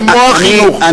כמו החינוך,